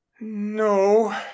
No